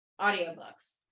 audiobooks